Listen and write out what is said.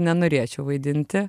nenorėčiau vaidinti